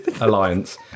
alliance